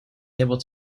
able